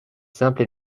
simple